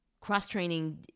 cross-training